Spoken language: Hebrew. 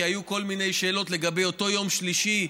כי היו כל מיני שאלות לגבי אותו יום שלישי,